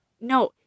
No